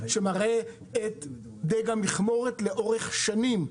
שמראה את דיג המכמורת לאורך שנים.